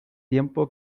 tiempo